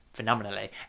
phenomenally